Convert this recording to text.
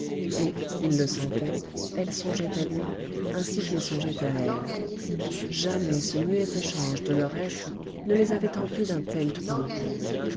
et il le sentait elle songeait à lui ainsi qu'il songeait à elle jamais ce muet échange de leur être ne les avait emplis d'un tel trouble